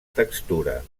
textura